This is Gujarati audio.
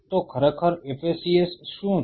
તો ખરેખર FACS શું છે